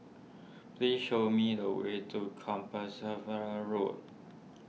please show me the way to Compassvale Road